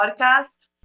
podcast